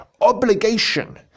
obligation